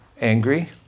angry